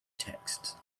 texts